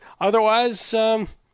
Otherwise